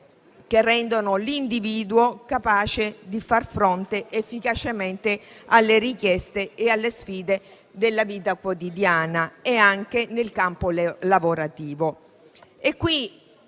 che rendano l'individuo capace di far fronte efficacemente alle richieste e alle sfide della vita quotidiana, anche nel campo lavorativo.